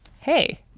Hey